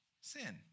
sin